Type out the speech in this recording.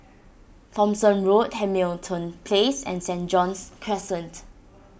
Thomson Road Hamilton Place and Saint John's Crescent